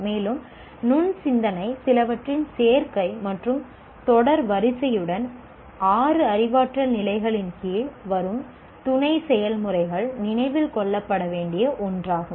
மேலும் நுண் சிந்தனை சிலவற்றின் சேர்க்கை மற்றும் தொடர் வரிசையுடன் ஆறு அறிவாற்றல் நிலைகளின் கீழ் வரும் துணை செயல்முறைகள் நினைவில் கொள்ளப்பட வேண்டிய ஒன்றாகும்